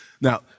Now